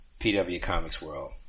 pwcomicsworld